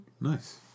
Nice